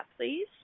please